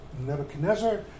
Nebuchadnezzar